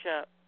up